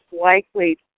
likely